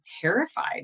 terrified